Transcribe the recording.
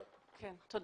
תציגי את עצמך.